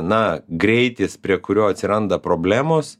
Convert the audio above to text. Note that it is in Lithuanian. na greitis prie kurio atsiranda problemos